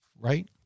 Right